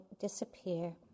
disappear